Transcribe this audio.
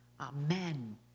amen